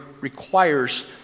requires